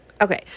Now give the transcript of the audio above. okay